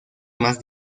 más